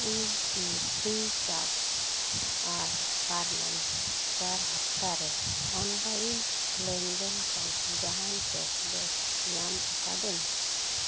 ᱤᱧ ᱠᱤ Freecharge ᱟᱨ ᱯᱟᱨᱢᱮᱱ ᱪᱟᱨ ᱦᱟᱯᱛᱟᱨᱮ ᱚᱱᱞᱟᱭᱤᱱ ᱞᱮᱱᱫᱮᱱ ᱠᱷᱚᱱ ᱡᱟᱦᱟᱱ ᱠᱮᱥᱵᱮᱠ ᱧᱟᱢ ᱟᱠᱟᱫᱟᱹᱧ